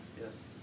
Yes